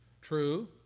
True